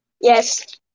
yes